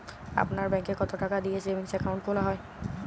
আপনার ব্যাংকে কতো টাকা দিয়ে সেভিংস অ্যাকাউন্ট খোলা হয়?